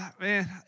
man